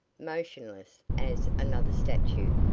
motionless as another statue,